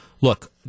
Look